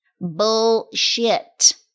Bullshit